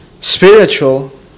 spiritual